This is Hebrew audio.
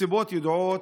מסיבות ידועות,